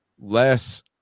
less